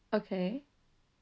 okay